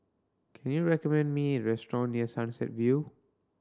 can you recommend me restaurant near Sunset View